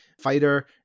fighter